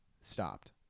stopped